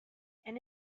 and